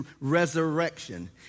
resurrection